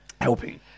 Helping